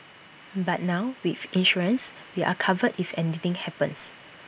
but now with insurance we are covered if anything happens